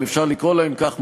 אם אפשר לקרוא להם כך,